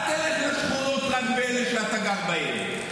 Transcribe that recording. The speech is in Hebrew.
אל תלך רק לשכונות שאתה גר בהן,